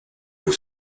vous